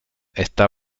está